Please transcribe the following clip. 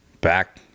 back